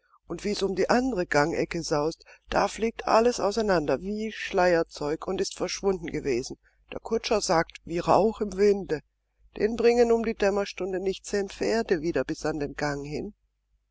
und wie's um die andere gangecke saust da fliegt alles auseinander wie schleierzeug und ist verschwunden gewesen der kutscher sagt wie rauch im winde den bringen um die dämmerstunde nicht zehn pferde wieder bis an den gang hin